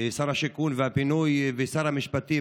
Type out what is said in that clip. שר הבינוי והשיכון ושר המשפטים,